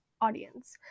audience